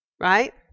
right